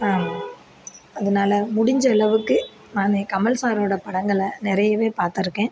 அதனால முடிஞ்சளவுக்கு நான் கமல் சாரோட படங்களை நிறையவே பாத்திருக்கேன்